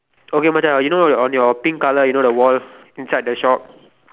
okay Macha you know on your pink colour you know the wall inside the shop